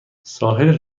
ساحل